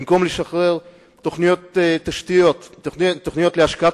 במקום לשחרר תוכנית תשתיות, תוכניות השקעה